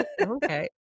okay